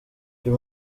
uyu